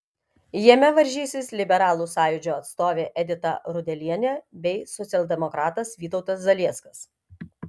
jame varžysis liberalų sąjūdžio atstovė edita rudelienė bei socialdemokratas vytautas zalieckas